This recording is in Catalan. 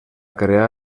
crear